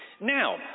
Now